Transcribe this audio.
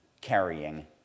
carrying